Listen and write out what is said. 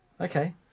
Okay